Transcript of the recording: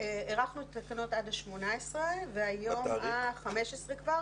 הארכנו את התקנות עד ה-18 והיום זה ה-15 כבר